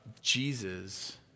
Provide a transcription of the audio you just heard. Jesus